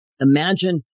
Imagine